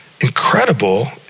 incredible